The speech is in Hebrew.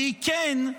וכן,